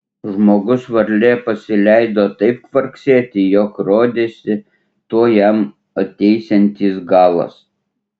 žmogus varlė pasileido taip kvarksėti jog rodėsi tuoj jam ateisiantis galas